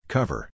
Cover